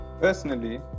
Personally